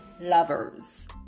lovers